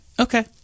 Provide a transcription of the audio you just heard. okay